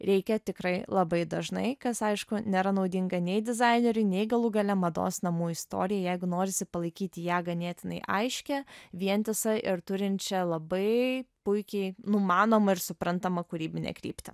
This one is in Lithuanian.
reikia tikrai labai dažnai kas aišku nėra naudinga nei dizaineriui nei galų gale mados namų istorijai jeigu norisi palaikyti ją ganėtinai aiškią vientisą ir turinčią labai puikiai numanomą ir suprantamą kūrybinę kryptį